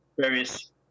various